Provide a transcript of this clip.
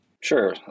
sure